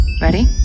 Ready